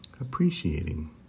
appreciating